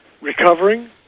recovering